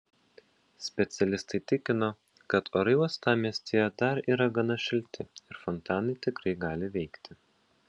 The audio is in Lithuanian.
specialistai tikino kad orai uostamiestyje dar yra gana šilti ir fontanai tikrai gali veikti